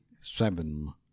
seven